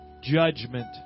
judgment